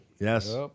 yes